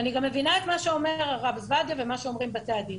ואני גם מבינה את מה שאומר הרב זבדיה ומה שאומרים בתי הדין.